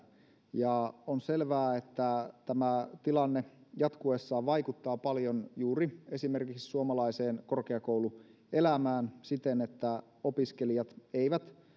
ja on selvää että tämä tilanne jatkuessaan vaikuttaa paljon juuri esimerkiksi suomalaiseen korkeakouluelämään siten että opiskelijat eivät